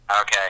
Okay